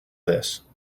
this